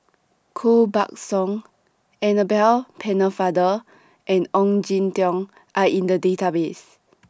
Koh Buck Song Annabel Pennefather and Ong Jin Teong Are in The Database